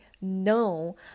no